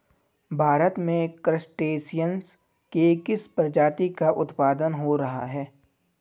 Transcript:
भारत में क्रस्टेशियंस के किस प्रजाति का उत्पादन हो रहा है?